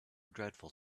dreadful